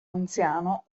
anziano